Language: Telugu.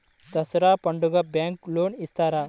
దసరా పండుగ బ్యాంకు లోన్ ఇస్తారా?